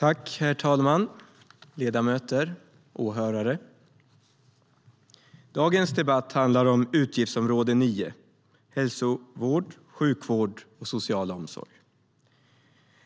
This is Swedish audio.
Herr talman, ledamöter och åhörare! Dagens debatt handlar om utgiftsområde 9, Hälsovård, sjukvård och social omsorg.